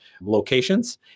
locations